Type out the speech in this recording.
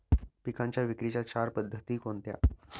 पिकांच्या विक्रीच्या चार पद्धती कोणत्या?